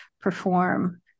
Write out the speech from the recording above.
perform